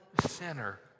sinner